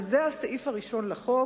וזה הסעיף הראשון לחוק,